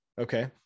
okay